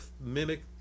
mimic